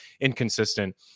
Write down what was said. inconsistent